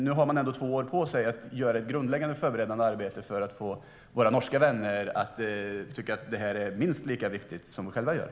Nu har man nämligen två år på sig att göra ett grundläggande förberedande arbete för att få våra norska vänner att tycka att det här är minst lika viktigt som vi själva tycker.